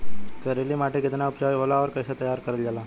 करेली माटी कितना उपजाऊ होला और कैसे तैयार करल जाला?